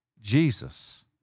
Jesus